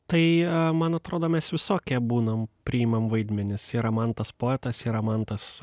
tai man atrodo mes visokie būnam priimam vaidmenis yra mantas poetas yra mantas